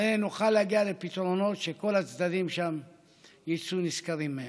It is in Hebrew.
הרי נוכל להגיע לפתרונות שכל הצדדים שם יצאו נשכרים מהם.